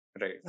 Right